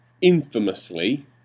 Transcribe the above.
infamously